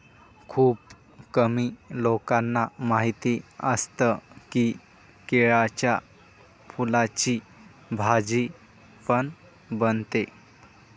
खुप कमी लोकांना माहिती असतं की, केळ्याच्या फुलाची भाजी पण बनते